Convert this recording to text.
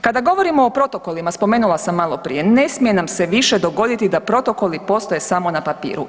Kada govorimo o protokolima spomenula sam malo prije ne smije nam se više dogoditi da protokoli postoje samo na papiru.